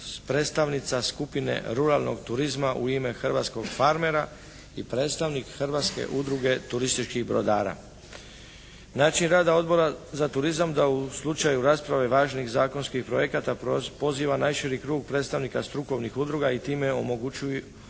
predstavnica skupine ruralnog turizma u ime hrvatskog farmera i predstavnik Hrvatske udruge turističkih brodara. Način rad Odbora za turizam da u slučaju rasprave važnijih zakonskih projekata poziva najširi krug predstavnika strukovnih udruga i time omogući